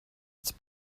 its